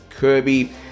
Kirby